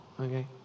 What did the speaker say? okay